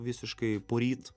visiškai poryt